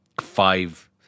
five